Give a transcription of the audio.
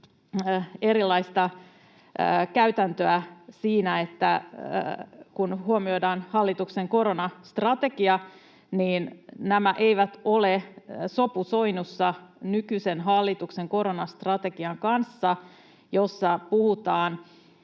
erilaista käytäntöä siinä, että kun huomioidaan hallituksen koronastrategia, niin nämä eivät ole sopusoinnussa nykyisen hallituksen koronastrategian kanssa, jossa ei puhuta